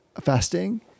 fasting